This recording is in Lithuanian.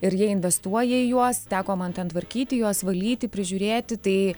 ir jie investuoja į juos teko man ten tvarkyti juos valyti prižiūrėti tai